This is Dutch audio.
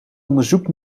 onderzoekt